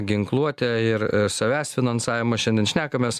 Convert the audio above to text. ginkluotę ir savęs finansavimą šiandien šnekamės